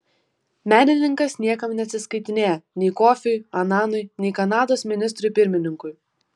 menininkas niekam neatsiskaitinėja nei kofiui ananui nei kanados ministrui pirmininkui